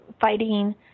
fighting